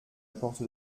porte